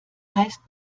heißt